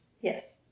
Yes